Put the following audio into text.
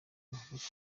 bakubaka